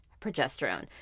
progesterone